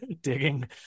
digging